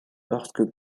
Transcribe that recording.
lorsque